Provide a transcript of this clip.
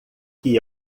que